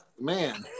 man